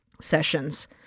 sessions